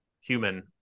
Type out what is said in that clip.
human